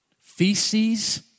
feces